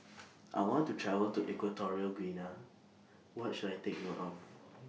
I want to travel to Equatorial Guinea What should I Take note of